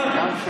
כן.